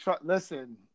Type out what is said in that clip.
listen